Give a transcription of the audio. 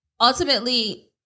ultimately